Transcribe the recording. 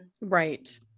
right